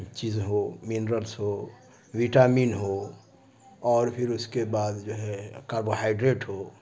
چیز ہو منرلس ہو وٹامن ہو اور پھر اس کے بعد جو ہے کاربوہائڈریٹ ہو